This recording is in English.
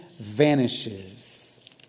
vanishes